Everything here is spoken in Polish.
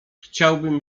chciałbym